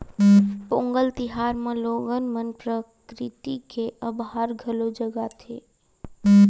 पोंगल तिहार म लोगन मन प्रकरिति के अभार घलोक जताथे